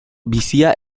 bizia